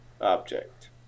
object